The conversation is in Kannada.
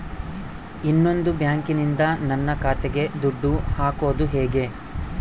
ಇನ್ನೊಂದು ಬ್ಯಾಂಕಿನಿಂದ ನನ್ನ ಖಾತೆಗೆ ದುಡ್ಡು ಹಾಕೋದು ಹೇಗೆ?